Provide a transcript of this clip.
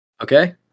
Okay